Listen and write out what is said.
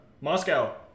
Moscow